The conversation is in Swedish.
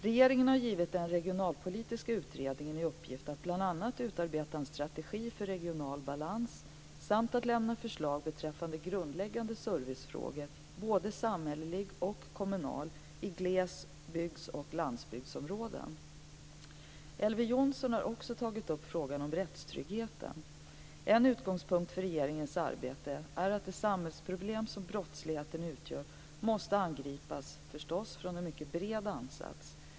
Regeringen har givit den regionalpolitiska utredningen i uppgift att bl.a. utarbeta en strategi för regional balans samt att lämna förslag beträffande grundläggande servicefrågor, både samhälleliga och kommunala, i gles och landsbygdsområden. Elver Jonsson har också tagit upp frågan om rättstryggheten. En utgångspunkt för regeringens arbete är att det samhällsproblem som brottsligheten utgör måste - förstås - angripas utifrån en bred politisk ansats.